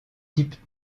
types